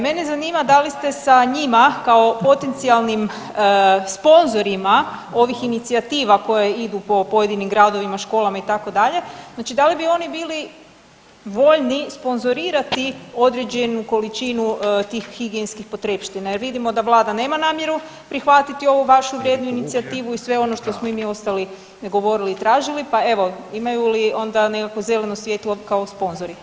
Mene zanima da li ste sa njima kao potencijalnim sponzorima ovih inicijativa koje idu po pojedinim gradovima, školama itd. znači da li bi oni bili voljni sponzorirati određenu količinu tih higijenskih potrepština jer vidimo da vlada nema namjeru prihvatiti ovu vašu vrijednu inicijativu i sve ono što smo i mi ostali govorili i tražili, pa evo imaju li onda nekakvo zeleno svjetlo kao sponzori?